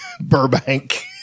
Burbank